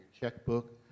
checkbook